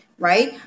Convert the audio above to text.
Right